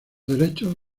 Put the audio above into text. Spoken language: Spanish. derechos